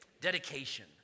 Dedication